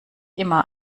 immer